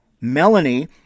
Melanie